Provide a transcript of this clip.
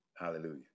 hallelujah